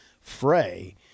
fray